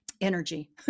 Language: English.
energy